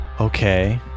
Okay